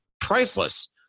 priceless